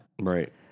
Right